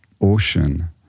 ocean